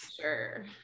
Sure